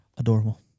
Adorable